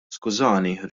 skużani